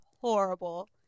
horrible